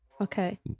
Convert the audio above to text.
okay